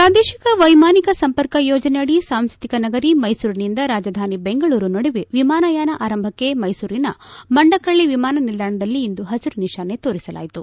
ಪ್ರಾದೇಶಿಕ ವೈಮಾನಿಕ ಸಂಪರ್ಕ ಯೋಜನೆಯಡಿ ಸಾಂಸ್ಕೃತಿಕ ನಗರಿ ಮೈಸೂರಿನಿಂದ ರಾಜಧಾನಿ ಬೆಂಗಳೂರು ನಡುವೆ ವಿಮಾನಯಾನ ಆರಂಭಕ್ಕೆ ಮೈಸೂರಿನ ಮಂಡಕಳ್ಳ ವಿಮಾನ ನಿಲ್ದಾಣದಲ್ಲಿ ಇಂದು ಹಸಿರು ನಿಶಾನೆ ತೋರಿಸಲಾಯಿತು